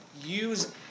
use